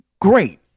Great